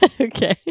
Okay